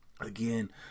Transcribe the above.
again